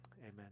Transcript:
Amen